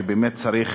שבאמת צריך